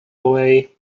away